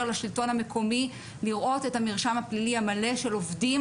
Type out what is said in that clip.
לשלטון המקומי לראות את המרשם הפלילי המלא של עובדים